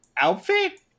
outfit